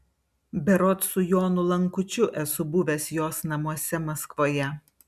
berods su jonu lankučiu esu buvęs jos namuose maskvoje